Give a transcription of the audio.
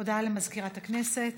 הודעה למזכירת הכנסת.